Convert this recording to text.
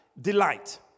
delight